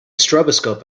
stroboscope